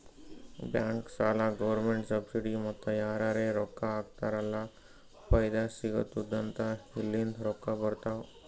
bank, ಸಾಲ, government subsidy ಮತ್ತ ಯಾರರೇ ರೊಕ್ಕಾ ಹಾಕ್ತಾರ್ ಅಲ್ಲ ಫೈದಾ ಸಿಗತ್ತುದ್ ಅಂತ ಇಲ್ಲಿಂದ್ ರೊಕ್ಕಾ ಬರ್ತಾವ್